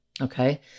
okay